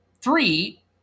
three